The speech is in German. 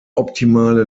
optimale